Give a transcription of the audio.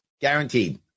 Guaranteed